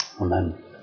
Amen